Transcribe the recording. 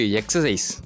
exercise